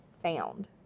Found